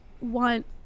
want